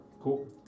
Cool